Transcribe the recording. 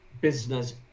business